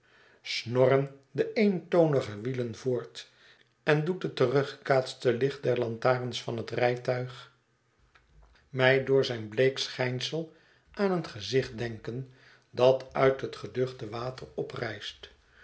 snorren de eentonige wielen voort en doet het teruggekaatste licht der lantaarns van het rijtuig mij door zijn bleek schijnsel aan een gezicht denken dat uit het geduchte water oprijst